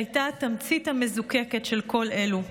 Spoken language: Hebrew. שהייתה התמצית המזוקקת של כל אלו.